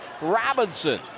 Robinson